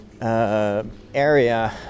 area